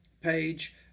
page